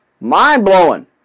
Mind-blowing